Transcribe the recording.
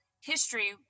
history